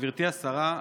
גברתי השרה,